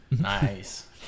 nice